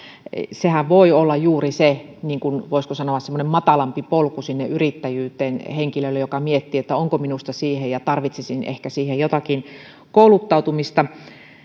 sehän voi olla juuri voisiko sanoa semmoinen matalampi polku sinne yrittäjyyteen henkilölle joka miettii että onko hänestä siihen ja että hän tarvitsisi ehkä siihen jotakin kouluttautumista